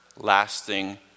Lasting